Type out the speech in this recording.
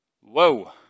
Whoa